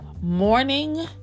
Morning